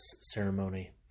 ceremony